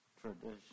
tradition